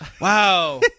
Wow